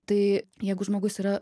tai jeigu žmogus yra